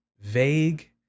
vague